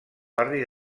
barri